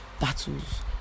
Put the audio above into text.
battles